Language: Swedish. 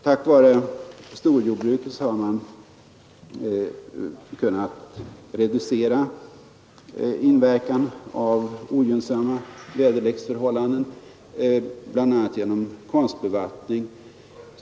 Tack vare storjordbruken har man kunnat reducera inverkan av ogynnsamma väderleksförhållanden, bl.a. genom konstbevattning.